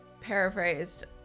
paraphrased